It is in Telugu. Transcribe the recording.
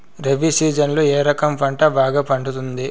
రబి సీజన్లలో ఏ రకం పంట బాగా పండుతుంది